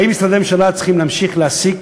האם משרדי ממשלה צריכים להמשיך להעסיק